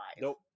nope